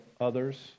others